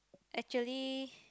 actually